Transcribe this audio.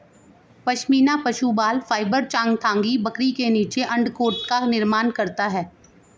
पश्मीना पशु बाल फाइबर चांगथांगी बकरी के नीचे के अंडरकोट का निर्माण करता है